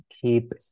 keep